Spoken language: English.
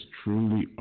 truly